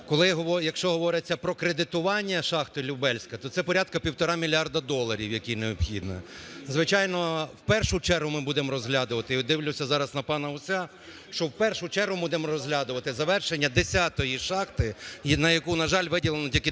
Коли, якщо говориться про кредитування шахти "Любельська", то це порядка півтора мільярда доларів, які необхідно. Звичайно, в першу чергу ми будемо розглядати – і от дивлюся зараз на пана Гузя, – що в першу чергу будемо розглядати завершення 10-ї шахти, на яку, на жаль, виділено тільки 10